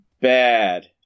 Bad